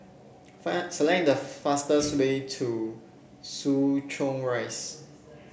select the fastest way to Soo Chow Rise